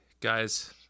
Guys